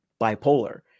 bipolar